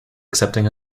accepting